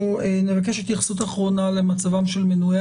אנחנו נבקש התייחסות אחרונה למצבם של מנועי